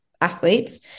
athletes